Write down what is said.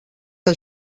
que